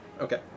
Okay